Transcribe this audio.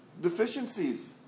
deficiencies